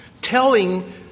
Telling